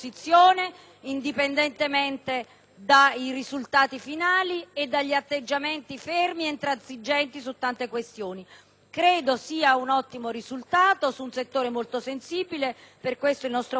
dai risultati finali e dagli atteggiamenti fermi ed intransigenti su tante questioni. Credo che sia un ottimo risultato su un settore molto sensibile e per questo il nostro voto sarà favorevole.